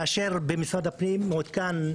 כאשר במשרד הפנים זה מעודכן.